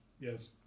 Yes